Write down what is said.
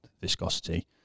viscosity